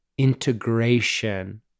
Integration